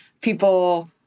people